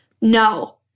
no